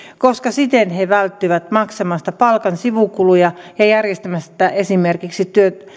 koska siten he välttyvät maksamasta palkan sivukuluja ja järjestämästä esimerkiksi